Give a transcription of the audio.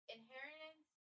Inheritance